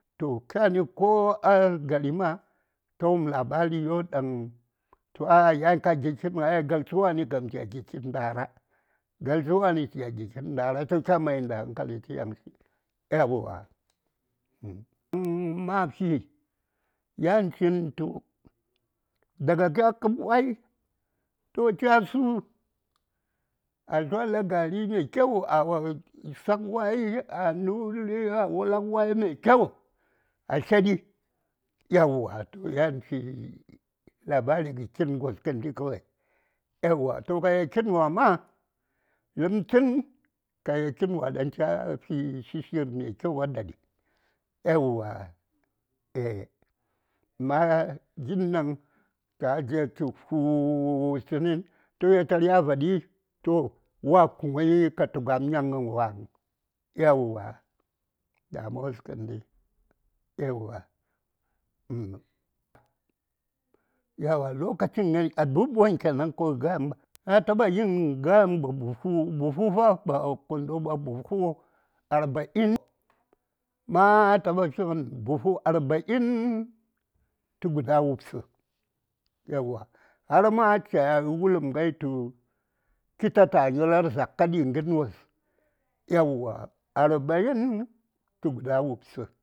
﻿To kyani ko a gari ma ta wupm labari yo daŋ tu ah yan ka ginə kitn galtsə wani kam cha gi kitn ndara galtsə wa:ni wi cha gi kitn ndara to cha mai da hankali tə yaŋ shi: yauwa hmm ma fi yan chin tu daga kya kəb wai to chasu a tlwa lagari mai kyau a sak wai a nuli a walak wai mai kyau a tledi yauwa to yanchi labarigə kitn gos kəndi kawai yauwa to ka yel kitn wa ma ləpm tsən ka yel kitn daŋ cha fi shishirmai kyau a daɗi aeywa ae ma gin daŋ taya jettə fu tsənni toh yetar ya vaɗi toh wa kuŋəi ka tu gam nyangən wa:ŋ aeywa damuwas kəndi aeywa hmmm aeywa lokachin ne abubuwan kenan kawai in gaya maka na taba yin gayamba buhu buhu fa ba kondo ba buhu arbain ma taɓa figən buhu arbain tə wubsə har ma cha uləm ŋai tu kitatn a nyolar zakka ɗi gərwos aeywa arbain tə guda wubsə.